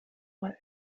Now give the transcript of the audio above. mal